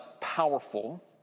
powerful